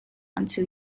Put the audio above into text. unto